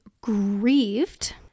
grieved